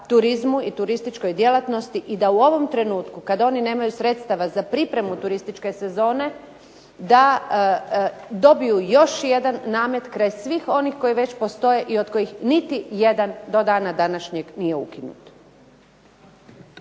turizmu i turističkoj djelatnosti. I da u ovom trenutku kada oni nemaju sredstava za pripremu turističke sezone da dobiju još jedan namet kraj svih onih koji već postoje i od kojih niti jedan do dana današnjeg nije ukinut.